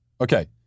Okay